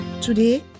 Today